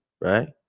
right